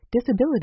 disability